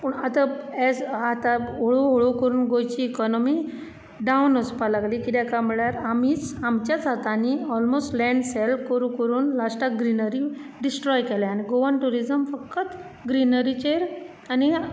पूण आतां एज आतां हळू हळू करून गोंयची इकोनोमी डाऊन वचपा लागली कित्याक काय म्हण्लार आमीच आम्च्याच हातांनी ओलमोस्ट लेंड सेल करू करून ग्रीनरी डिस्ट्रोय केला गोवन ट्युरीझम फक्त ग्रीनराचेर आनी